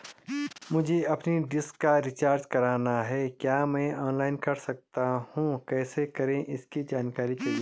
मुझे अपनी डिश का रिचार्ज करना है क्या मैं ऑनलाइन कर सकता हूँ कैसे करें इसकी जानकारी चाहिए?